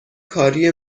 کاری